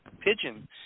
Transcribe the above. pigeon